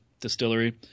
distillery